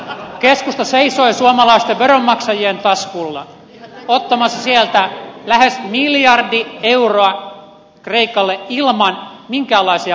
keskusta seisoi suomalaisten veronmaksajien taskulla ottamassa sieltä lähes miljardi euroa kreikalle ilman minkäänlaisia vakuuksia